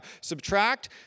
subtract